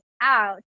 out